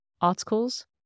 articles